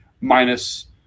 minus